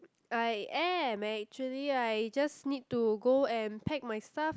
I am actually I just need to go and pack my stuff